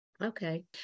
Okay